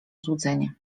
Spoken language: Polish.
złudzenie